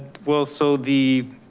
well, so the,